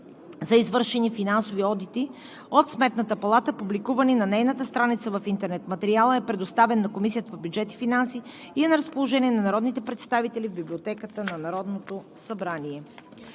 за извършени финансови одити от Сметната палата, публикувани на нейната страница в интернет. Материалът е предоставен на Комисията по бюджет и финанси и е на разположение на народните представители в Библиотеката на Народното събрание.